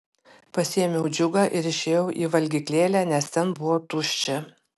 pasiėmiau džiugą ir išėjau į valgyklėlę nes ten buvo tuščia